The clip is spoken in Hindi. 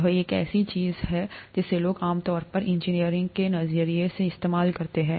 यह एक ऐसी चीज है जिसे लोग आमतौर पर इंजीनियरिंग के नजरिए से इस्तेमाल करते हैं